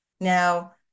now